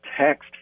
text